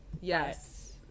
Yes